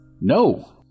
No